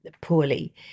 poorly